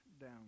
down